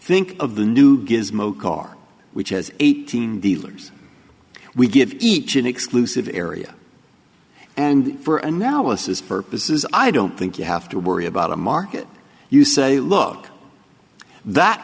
think of the new gizmo car which has eighteen dealers we give each an exclusive area and for analysis purposes i don't think you have to worry about a market you say look that